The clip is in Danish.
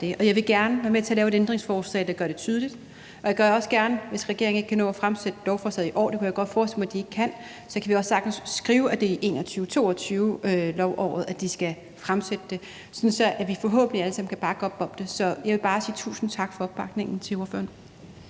jeg vil gerne være med til at lave et ændringsforslag, der gør det tydeligt. Jeg gør det også gerne, hvis regeringen ikke kan nå at fremsætte lovforslaget i år – det kunne jeg godt forestille mig at de ikke kan. Vi kan også sagtens skrive, at det er i 2021-22-folketingsåret, at de skal fremsætte det, sådan at vi forhåbentlig alle sammen kan bakke op om det. Så jeg vil bare sige tusind tak til ordføreren